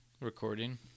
recording